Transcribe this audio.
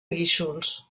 guíxols